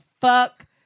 fuck